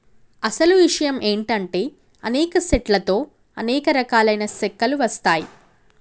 అసలు ఇషయం ఏంటంటే అనేక సెట్ల తో అనేక రకాలైన సెక్కలు వస్తాయి